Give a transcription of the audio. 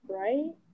right